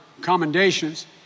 commendations